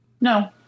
No